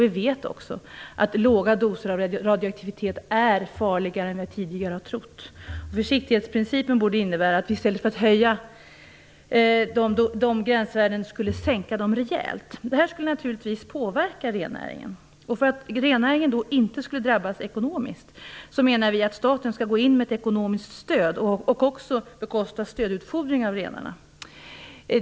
Vi vet också att låga doser av radioaktivitet är farligare än vad vi tidigare har trott. Försiktighetsprincipen borde innebära att vi skulle sänka gränsvärdena rejält i stället för att höja dem. Det här skulle naturligtvis påverka rennäringen. För att rennäringen inte skall drabbas ekonomiskt menar vi att staten skall gå in med ett ekonomiskt stöd och även bekosta stödutfodring av renarna.